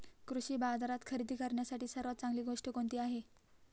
कृषी बाजारात खरेदी करण्यासाठी सर्वात चांगली गोष्ट कोणती आहे?